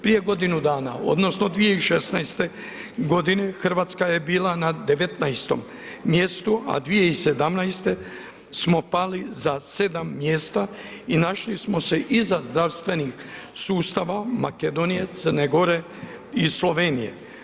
Prije godinu dana, odnosno 2016. godine, RH je bila na 19. mjestu, a 2017. smo pali za 7 mjesta i našli smo se iza zdravstvenih sustava Makedonije, Crne Gore i Slovenije.